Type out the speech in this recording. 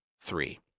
three